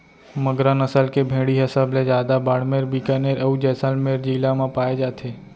मगरा नसल के भेड़ी ह सबले जादा बाड़मेर, बिकानेर, अउ जैसलमेर जिला म पाए जाथे